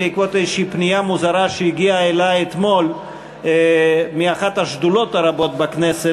בעקבות איזו פנייה מוזרה שהגיעה אלי אתמול מאחת השדולות הרבות בכנסת,